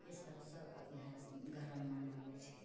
इसभ सभ अपने घरमे मनाबै छियै